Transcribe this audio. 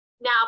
Now